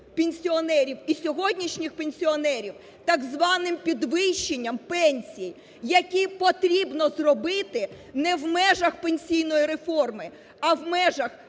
пенсіонерів і сьогоднішніх пенсіонерів так званим підвищенням пенсій, які потрібно зробити не в межах пенсійної реформи, а в межах